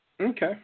Okay